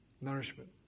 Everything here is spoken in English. nourishment